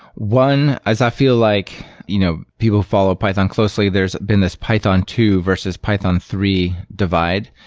one, as i feel like you know people follow python closely, there's been this python two versus python three divide.